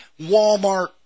Walmart